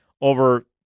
over